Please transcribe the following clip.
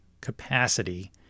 capacity